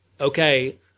okay